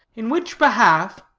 in which behalf,